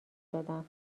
دادم